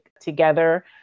together